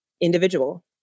individual